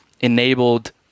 enabled